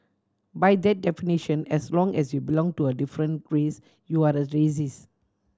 by that definition as long as you belong to a different race you are a racist